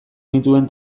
nituen